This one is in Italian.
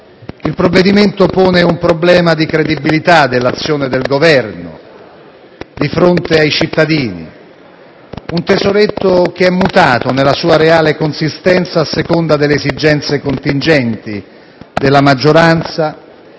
Il provvedimento pone un problema di credibilità dell'azione di Governo di fronte ai cittadini. Un tesoretto che è mutato nella sua reale consistenza a seconda delle esigenze contingenti della maggioranza,